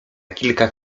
kilka